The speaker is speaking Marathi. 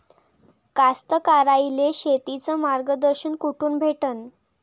कास्तकाराइले शेतीचं मार्गदर्शन कुठून भेटन?